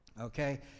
Okay